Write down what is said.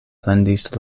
plendis